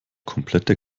komplette